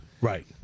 Right